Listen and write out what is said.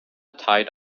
tied